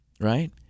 right